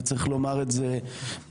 וצריך לומר את זה בהוגנות,